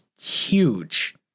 huge